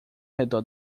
redor